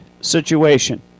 situation